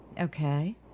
okay